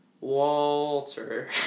Walter